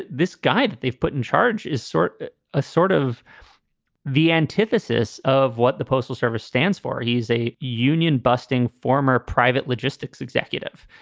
this guy that they've put in charge is sort of ah sort of the antithesis of what the postal service stands for. he's a union busting former private logistics executive.